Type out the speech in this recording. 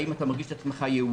האם הוא מרגיש את עצמו יהודי,